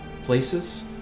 places